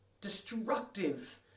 destructive